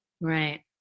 Right